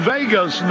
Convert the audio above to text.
Vegas